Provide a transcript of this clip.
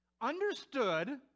understood